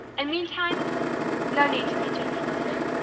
and meantime no need to be too explicit.